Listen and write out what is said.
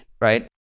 right